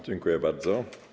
Dziękuję bardzo.